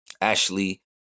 Ashley